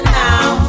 now